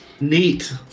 neat